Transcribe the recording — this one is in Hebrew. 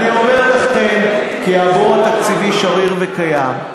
אני אומר לכם כי הבור התקציבי שריר וקיים,